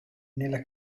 nella